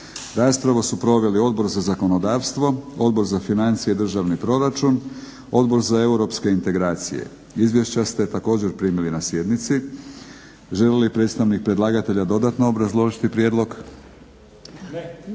Raspravu su proveli Odbor za zakonodavstvo, Odbor za financije i državni proračun, Odbor za europske integracije. Izvješća ste također primili na sjednici. Želi li predstavnik predlagatelja dodatno obrazložiti prijedlog?